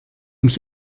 mich